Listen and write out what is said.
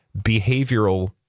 behavioral